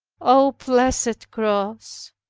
o blessed cross,